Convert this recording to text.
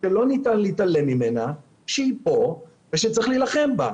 שלא ניתן להתעלם ממנה, שהיא פה ושצריך להילחם בה.